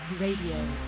Radio